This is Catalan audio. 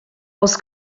els